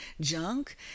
junk